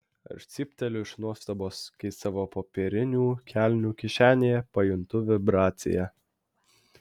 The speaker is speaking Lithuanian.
aš cypteliu iš nuostabos kai savo popierinių kelnių kišenėje pajuntu vibraciją